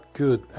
good